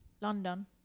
London